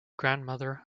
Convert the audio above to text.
grandmother